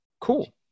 cool